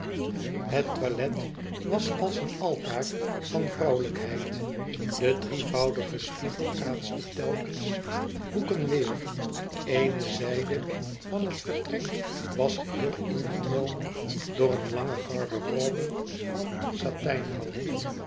het toilet was als een altaar van vrouwelijkheid de drievoudige spiegel kaatste telkens hoeken weêr eene zijde van het vertrek was geheel ingenomen door een lange garderobe van